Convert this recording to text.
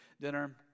dinner